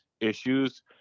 issues